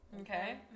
Okay